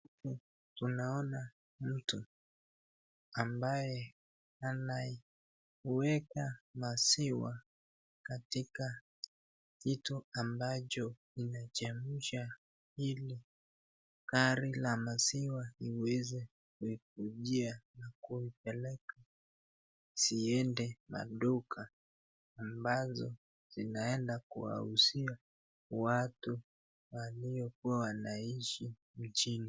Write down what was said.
huku tunaona mtu ambaye anaiweka maziwa katika kitu ambacho inchemusha iligari la maziwa iweze kuikujia na kupeleka ziende na duka ambazo zinaenda kuwauzia watu waliokuwa wanaishi mjini.